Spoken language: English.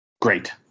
Great